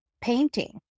painting